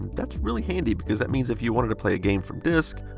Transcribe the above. that's really handy because that means if you want to play a game from disk,